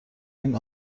این